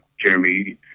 Jeremy